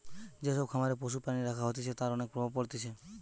যে সব খামারে পশু প্রাণী রাখা হতিছে তার অনেক প্রভাব পড়তিছে